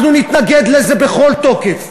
אנחנו נתנגד לזה בכל תוקף,